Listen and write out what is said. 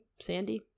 Sandy